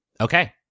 okay